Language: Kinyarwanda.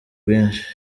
bwinshi